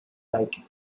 like